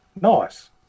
Nice